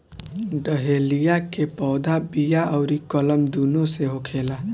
dahlia के पौधा बिया अउरी कलम दूनो से होखेला